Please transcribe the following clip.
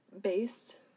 Based